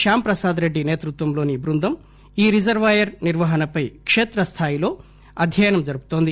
శ్యామ్ ప్రసాద్ రెడ్డి నేత్రుత్వంలోని బృందం ఈ రిజర్వాయర్ నిర్వహణపై కేత్రస్థాయి అధ్యయనం జరుపుతోంది